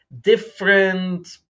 different